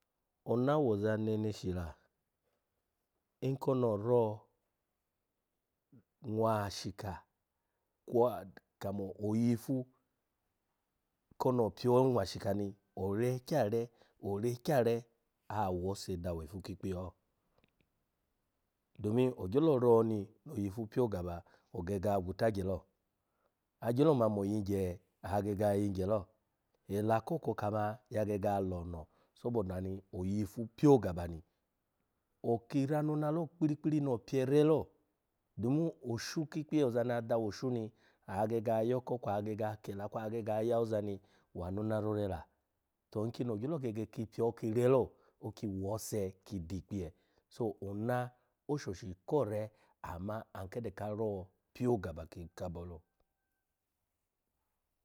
Ona woza nenshi la, nkono oro, nwashika kwa kamo oyifu kono opyo nwashika ni ore kya re, ore kya re, awose dawo ifu ki ikpiye ho. Domm ogyolo ni no yifu pyogaba ogege agutagye lo, agyelo ma mo yigye agege ayigye lo, ela ko koka ma ya gege alono saboda ni oyifu pyogaba ni, oki rano ona lo, kpiri-kpiri no pye re lo, dumu oshu ki ikpiye ozani ya dawo oshu ni agege ayoko kwa agege akela kira agege aya awoza ni wano na rore la, to nkini ogyo gege ki pyo relo, oki wo ose ki di ikpiye, so, ona ashoshi ko re ama an kede ka ro pyogaba ka abo lo.